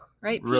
Right